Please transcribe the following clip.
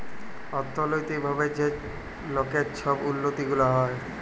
অথ্থলৈতিক ভাবে যে লকের ছব উল্লতি গুলা হ্যয়